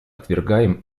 отвергаем